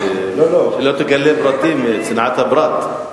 שלא תגלה פרטים מצנעת הפרט.